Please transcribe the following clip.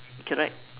correct